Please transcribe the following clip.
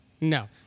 No